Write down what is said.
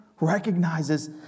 recognizes